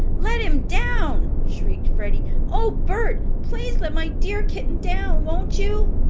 let him down! shrieked freddie. oh, bert, please let my dear kitten down, won't you?